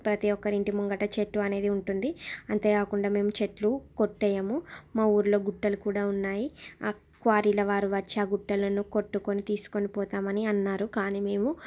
ప్రతీ ఒక్కరీ ఇంటి ముంగిట చెట్టు అనేది ఉంటుంది అంతేకాకుండా మేము చెట్లు కొట్టేయము మా ఊరీలో గుట్టలు కుడా ఉన్నాయి ఆ క్వారీల వారు వచ్చి ఆ గుట్టలను కొట్టుకోని తీసుకోనిపోతాం అని అన్నారు కాని మేము